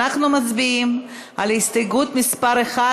אנחנו מצביעים על הסתייגות מס' 1,